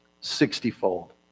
sixtyfold